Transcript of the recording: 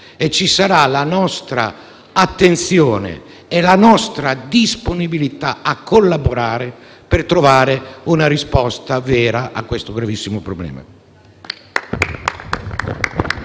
e ci saranno la nostra attenzione e la nostra disponibilità a collaborare per trovare una risposta vera a questo gravissimo problema.